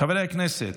חברי הכנסת,